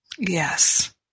Yes